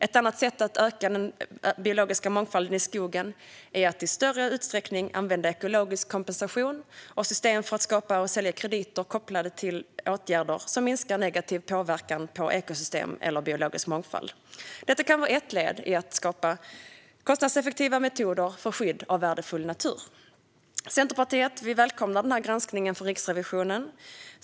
Ett annat sätt att öka den biologiska mångfalden i skogen är att i större utsträckning använda ekologisk kompensation och system för att skapa och sälja krediter kopplade till åtgärder som minskar negativ påverkan på ekosystem eller biologisk mångfald. Detta kan vara ett led i att skapa kostnadseffektiva metoder för skydd av värdefull natur. Centerpartiet välkomnar denna granskning från Riksrevisionen.